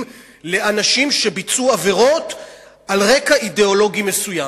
לאנשים שביצעו עבירות על רקע אידיאולוגי מסוים.